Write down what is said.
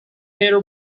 peter